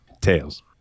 Tails